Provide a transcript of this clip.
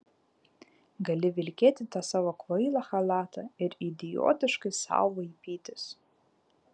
gali vilkėti tą savo kvailą chalatą ir idiotiškai sau vaipytis